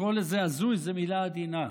לקרוא לזה "הזוי" זאת מילה עדינה.